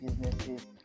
businesses